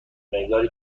مقداری